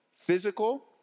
physical